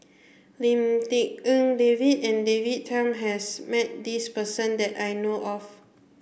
Lim Tik En David and David Tham has met this person that I know of